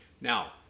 Now